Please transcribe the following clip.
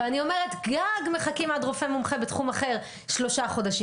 ואני אומרת שבתחום אחר מחכים לרופא מומחה גג שלושה חודשים